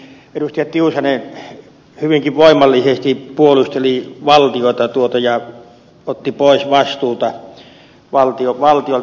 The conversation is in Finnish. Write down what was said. tiusanen hyvinkin voimallisesti puolusteli valtiota ja otti pois vastuuta valtiolta